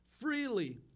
freely